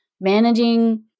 managing